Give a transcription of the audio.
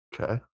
Okay